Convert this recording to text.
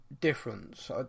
difference